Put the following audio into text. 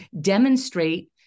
demonstrate